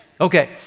okay